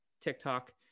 TikTok